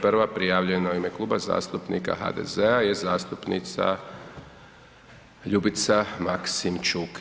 Prva prijavljena u ime Kluba zastupnika HDZ-a je zastupnica Ljubica Maksimčuk.